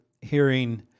hearing